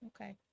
okay